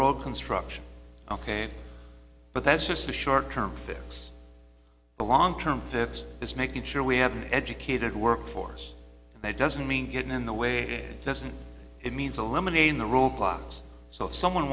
road construction ok but that's just a short term fix the long term fix this making sure we have an educated workforce that doesn't mean getting in the way doesn't it means eliminating the roadblocks so if someone